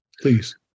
please